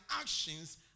actions